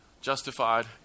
justified